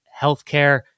healthcare